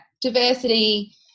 diversity